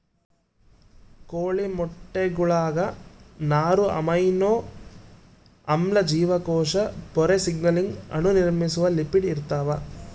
ಕೋಳಿ ಮೊಟ್ಟೆಗುಳಾಗ ನಾರು ಅಮೈನೋ ಆಮ್ಲ ಜೀವಕೋಶ ಪೊರೆ ಸಿಗ್ನಲಿಂಗ್ ಅಣು ನಿರ್ಮಿಸುವ ಲಿಪಿಡ್ ಇರ್ತಾವ